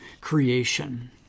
creation